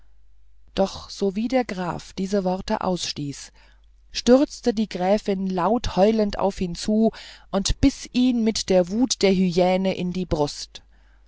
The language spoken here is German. doch sowie der graf diese worte ausstieß stürzte die gräfin laut heulend auf ihn zu und biß ihn mit der wut der hyäne in die brust